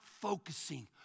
focusing